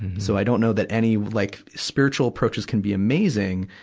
so i don't know that any, like spiritual approaches can be amazing,